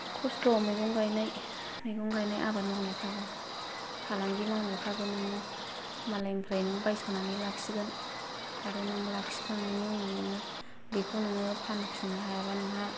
खस्त' मैगं गायनाय मैगं गायनाय आबाद मावनायफ्राबो फालांगि मावनायफ्राबो नोङो मालायनिफ्राय नोङो बायस'नानै लाखिगोन आरो नों लाखिखांनायनि उनाव नोङो बेखौ नोङो फानफिननो हायाबा नोंहा